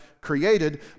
created